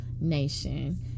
Nation